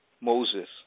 Moses